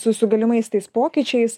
su su galimais tais pokyčiais